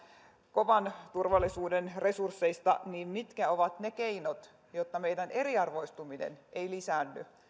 kovan turvallisuuden resursseista mitkä ovat ne keinot jotta meidän eriarvoistuminen ei lisäänny